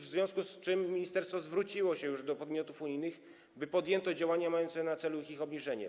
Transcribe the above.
W związku z tym ministerstwo zwróciło się już do podmiotów unijnych, by podjęto działania mające na celu ich obniżenie.